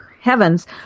heavens